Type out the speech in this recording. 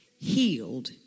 healed